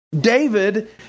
David